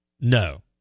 no